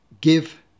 give